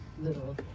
little